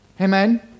Amen